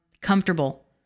comfortable